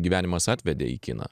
gyvenimas atvedė į kiną